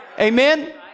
Amen